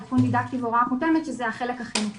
אבחון דידקטי והוראה --- שזה החלק החינוכי.